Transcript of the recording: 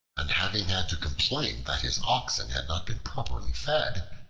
and having had to complain that his oxen had not been properly fed,